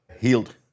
healed